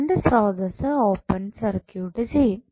current സ്രോതസ്സ് open circuit ചെയ്യും